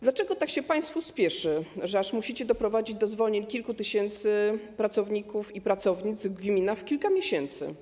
Dlaczego tak się państwu spieszy, że aż musicie doprowadzić do zwolnień kilku tysięcy pracowników i pracownic w gminach w kilka miesięcy?